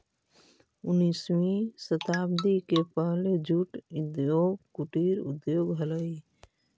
उन्नीसवीं शताब्दी के पहले जूट उद्योग कुटीर उद्योग हलइ